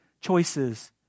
choices